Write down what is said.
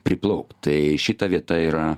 priplaukt tai šita vieta yra